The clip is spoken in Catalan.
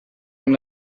amb